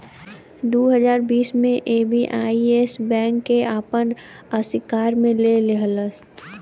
दू हज़ार बीस मे एस.बी.आई येस बैंक के आपन अशिकार मे ले लेहलस